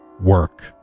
Work